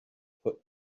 put